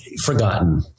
forgotten